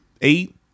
eight